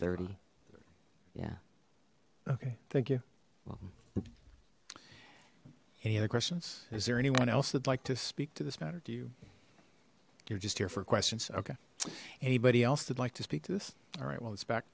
thirty yeah okay thank you any other questions is there anyone else they'd like to speak to this matter to you you're just here for questions okay anybody else they'd like to speak to this all right well it's back